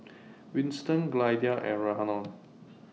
Winston Glynda and Rhiannon